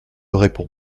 répond